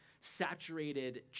saturated